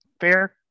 Fair